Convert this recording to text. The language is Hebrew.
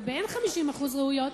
ובאין 50% ראויות,